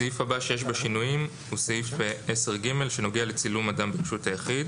הסעיף הבא שיש בו שינויים הוא סעיף 10ג שנוגע לצילום אדם ברשות היחיד.